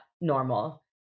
normal